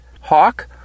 hawk